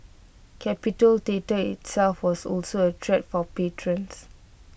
capitol theatre itself was also A treat for patrons